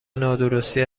نادرستی